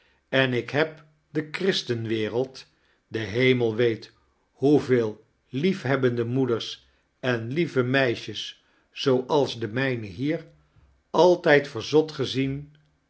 en ik heb de ohristenwereld de hemel wee hoeveel liefhebbende moeders em lieve meisjes zooals de mijne hier altijd verzot gezien